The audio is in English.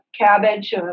cabbage